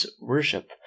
worship